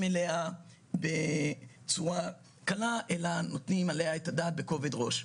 אליה בצורה קלה אלא נותנים עליה את הדעת בכובד ראש.